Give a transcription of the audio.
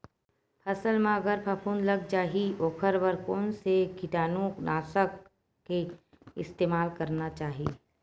फसल म अगर फफूंद लग जा ही ओखर बर कोन से कीटानु नाशक के इस्तेमाल करना चाहि?